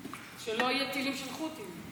שלא יהיו טילים של חות'ים.